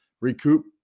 recoup